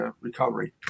recovery